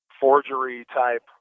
forgery-type